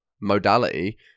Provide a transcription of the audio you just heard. modality